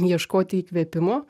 ieškoti įkvėpimo